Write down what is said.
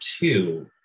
two